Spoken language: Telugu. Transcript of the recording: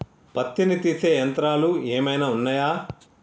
పత్తిని తీసే యంత్రాలు ఏమైనా ఉన్నయా?